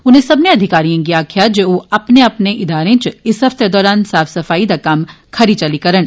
उनें सब्बनें अधिकारियें गी आक्खेया जे ओ अपने अपने इदारें च इस हफ्ते दौरान साफ सफाई दा कम्म खरी चाली करन